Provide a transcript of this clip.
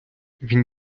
він